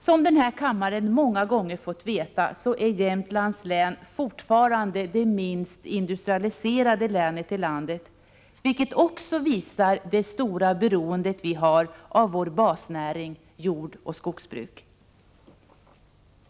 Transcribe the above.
Som den här kammaren många gånger fått veta är Jämtlands län fortfarande det minst industrialiserade länet i landet, vilket också visar det stora beroende vi har av vår basnäring jordoch skogsbruk.